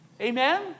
Amen